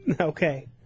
Okay